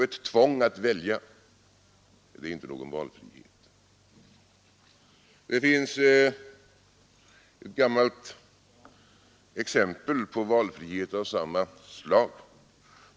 Ett tvång att välja är inte någon valfrihet. Det finns ett gammalt exempel på valfrihet av samma slag.